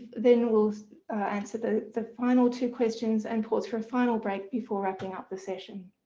then we'll answer the the final two questions and pause for a final break, before wrapping up the session.